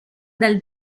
del